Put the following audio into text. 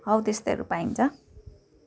हौ त्यस्तोहरू पाइन्छ